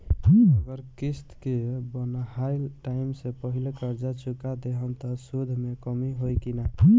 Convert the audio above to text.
अगर किश्त के बनहाएल टाइम से पहिले कर्जा चुका दहम त सूद मे कमी होई की ना?